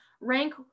rank